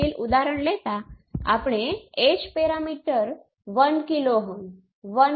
તેથી સ્પષ્ટપણે જો z12 એ z21 ની બરાબર થાય તો h12 એ h21 હશે તેથી એ h પેરામિટર ની દ્રષ્ટિએ રેસિપ્રોસિટી ની સ્થિતિ છે